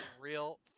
real